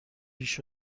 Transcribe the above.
ریش